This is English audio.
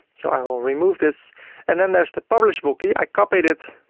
so i will remove this and then there's the publish book key. i copied it.